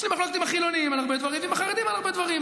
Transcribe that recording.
יש לי מחלוקת עם החילונים ועם החרדים על הרבה דברים,